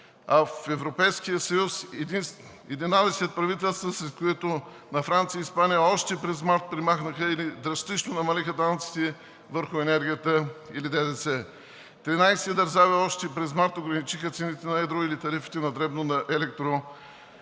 а в Европейския съюз 11 от правителствата, сред които на Франция и Испания, още през март премахнаха или драстично намалиха данъците върху енергията или ДДС! 13 държави още през март ограничиха цените на едро или тарифите на дребно на